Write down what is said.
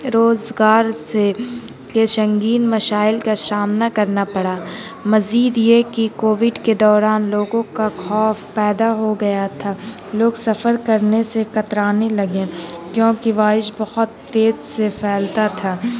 روزگار سے کے سنگین مسائل کا سامنا کرنا پڑا مزید یہ کہ کووڈ کے دوران لوگوں کا خوف پیدا ہو گیا تھا لوگ سفر کرنے سے کترانے لگیں کیونکہ وائش بہت تیز سے پھیلتا تھا